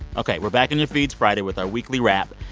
ok. we're back in your feeds friday with our weekly wrap.